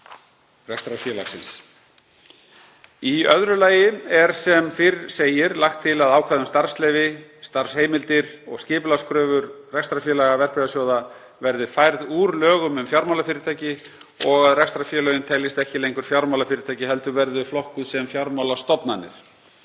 rekstrarfélags. Í öðru lagi er sem fyrr segir lagt til að ákvæði um starfsleyfi, starfsheimildir og skipulagskröfur rekstrarfélaga verðbréfasjóða verði færð úr lögum um fjármálafyrirtæki og að rekstrarfélögin teljist ekki lengur fjármálafyrirtæki heldur verði þau flokkuð sem fjármálastofnanir.